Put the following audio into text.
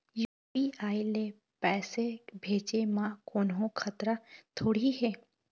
UPI ले पैसे भेजे म कोन्हो खतरा थोड़ी हे?